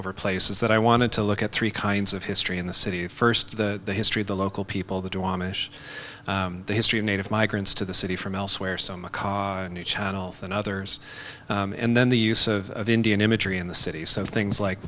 over places that i wanted to look at three kinds of history in the city first the history of the local people the amish the history of native migrants to the city from elsewhere so much new channels and others and then the use of indian imagery in the city so things like